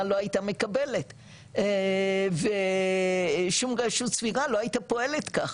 לא הייתה מקבלת ושום רשות סבירה לא היית פועלת כך,